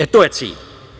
E, to je cilj.